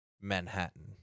Manhattan